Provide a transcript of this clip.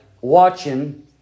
watching